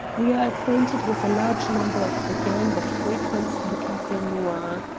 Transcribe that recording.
we are acquainted with a large number of the gang that frequents the cafe noir.